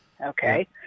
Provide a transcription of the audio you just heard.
Okay